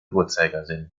uhrzeigersinn